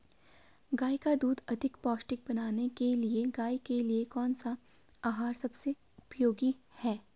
गाय का दूध अधिक पौष्टिक बनाने के लिए गाय के लिए कौन सा आहार सबसे उपयोगी है?